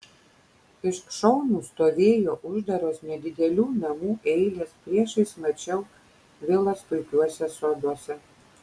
iš šonų stovėjo uždaros nedidelių namų eilės priešais mačiau vilas puikiuose soduose